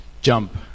jump